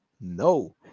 no